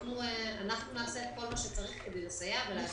אנחנו נעשה את כל מה שצריך כדי לסייע ולהעביר את התקציבים.